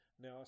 Now